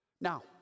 Now